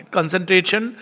Concentration